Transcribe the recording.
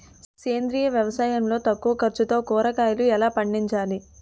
సేంద్రీయ వ్యవసాయం లో తక్కువ ఖర్చుతో కూరగాయలు ఎలా పండించాలి?